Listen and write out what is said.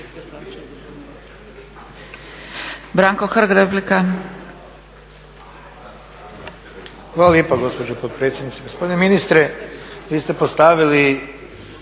Branko (HSS)** Hvala lijepa gospođo potpredsjednice. Gospodine ministre vi ste postavili